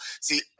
See